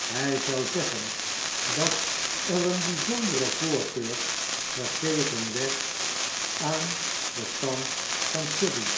hij zou zeggen dat er een bijzondere voorkeurgegeven werd aan den kant van surrey